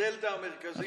הדלתא המרכזית,